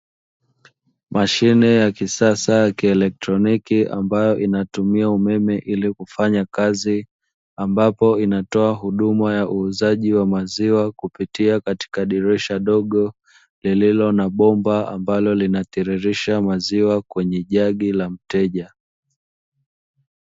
Mashine ya kisasa ya kielektroniki ambayo inatumia umeme ili kufanya kazi, ambapo inatoa huduma ya uuzaji wa maziwa kupitia katika dirisha dogo lililo na bomba ambalo linatiririsha maziwa kwenye jagi la mteja.